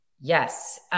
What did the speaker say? Yes